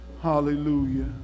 Hallelujah